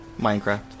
Minecraft